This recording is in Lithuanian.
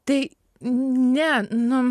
tai ne nu